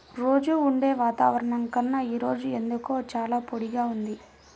రోజూ ఉండే వాతావరణం కన్నా ఈ రోజు ఎందుకో చాలా పొడిగా ఉంది